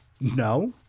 no